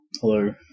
Hello